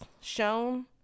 shown